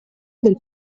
del